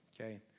okay